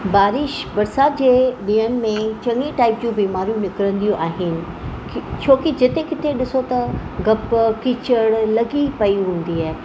बारिश बरसाति जे ॾींहंनि में चङी टाइप जूं बीमारियूं निकिरंदियूं आहिनि छोकी जिते किथे ॾिसो त गप कीचड़ लॻी पई हूंदी ऐं